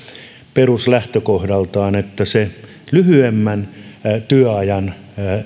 peruslähtökohdaltaan että se lyhyemmän työajan